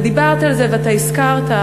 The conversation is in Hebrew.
דיברת על זה והזכרת,